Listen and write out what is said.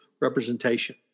representation